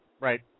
Right